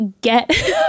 get